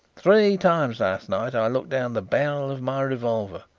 three times last night i looked down the barrel of my revolver,